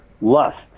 lust